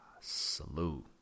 salute